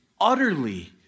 utterly